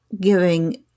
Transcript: giving